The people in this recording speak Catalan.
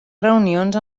reunions